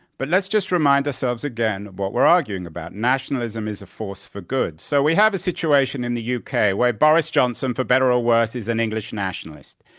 but let's just remind ourselves again what we're arguing about. nationalism is a force for good. so we have a situation in the u. k. where boris johnson, for better or worse, is an english nationalist.